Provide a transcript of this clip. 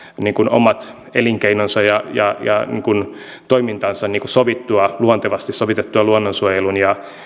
omat elinkeinonsa ja ja toimintansa sovittua luontevasti sovitettua luonnonsuojelun ja